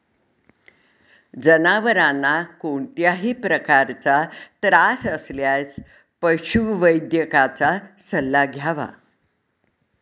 जनावरांना कोणत्याही प्रकारचा त्रास असल्यास पशुवैद्यकाचा सल्ला घ्यावा